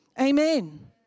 Amen